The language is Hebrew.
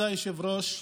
כבוד היושב-ראש,